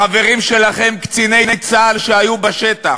החברים שלכם, קציני צה"ל שהיו בשטח,